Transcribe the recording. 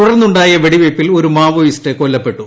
തുടൂർന്നുണ്ടായ വെടിവയ്പിൽ ഒരു മാവോയിസ്റ്റ് കൊല്ലപ്പെട്ടു